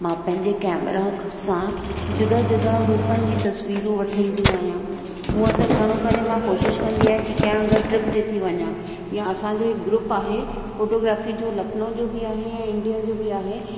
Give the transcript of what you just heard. मां पंहिंजे कैमरा सां जुदा जुदा रूपनि जी तस्वीरूं वठंदी आहियां हूअं त घणो करे मां कोशिश कंदी आहियां की कंहिं अगरि ट्रिप ते थी वञा या असांजो हिकु ग्रूप आहे फोटोग्राफी जो लखनऊ जो बि आहे ऐं इंडिया जो बि आहे